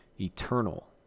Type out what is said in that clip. eternal